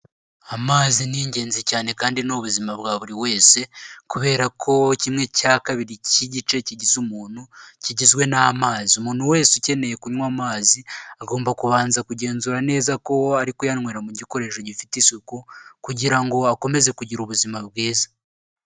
Amazi ni ingenzi cyane kandi ni ubuzima bwa buri wese, kubera ko kimwe cya kabiri cy'igice kigize umuntu, kigizwe n'amazi. Umuntu wese ukeneye kunwa amazi, agomba kubanza kugenzura neza ko ari kuyanwera mu gikoresho gifite isuku, kugira ngo akomeze kugira ubuzima bwiza.